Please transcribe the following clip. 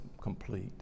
complete